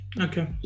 okay